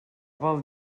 vol